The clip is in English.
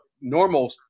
normal